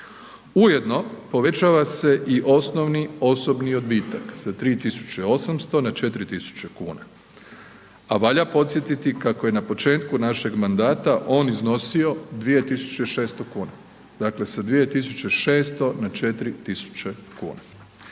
Ujedno povećava se i osnovni osobni odbitak sa 3.800 na 4.000 kuna, a valja podsjetiti kako je na početku našeg mandata on iznosio 2.600 kuna, dakle sa 2.600 na 4.000 kuna.